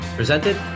presented